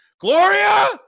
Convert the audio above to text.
Gloria